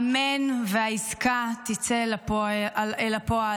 אמן שהעסקה תצא אל הפועל,